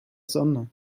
sonne